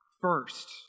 first